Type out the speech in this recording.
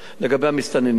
לגבי המסתננים,